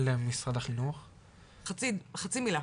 חצי מילה.